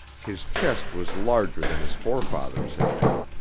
his chest was larger than his forefathers' had been,